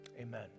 Amen